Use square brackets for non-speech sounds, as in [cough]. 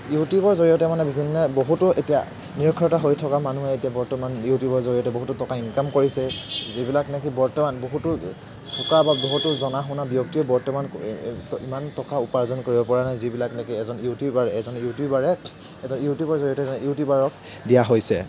ইউটিউবৰ জৰিয়তে মানে বিভিন্ন বহুতো এতিয়া নিৰক্ষৰতা হৈ থকা মানুহে এতিয়া বৰ্তমান ইউটিউবৰ জৰিয়তে বহুতো টকা ইনকাম কৰিছে যিবিলাক নেকি বৰ্তমান বহুতো চোকা বা বহুতো জনা শুনা ব্যক্তিয়েও বৰ্তমান ইমান টকা উপাৰ্জন কৰিবপৰা নাই যিবিলাক নেকি এজন ইউটিউবাৰে এজন ইউটিউবাৰে এজন ইউটিউবৰ জৰিয়তে [unintelligible] ইউটিউবাৰক দিয়া হৈছে